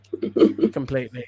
Completely